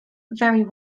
very